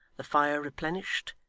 the fire replenished,